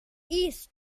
east